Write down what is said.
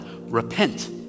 repent